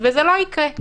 וזה לא יקרה?